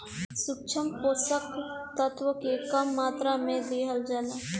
सूक्ष्म पोषक तत्व के कम मात्रा में दिहल जाला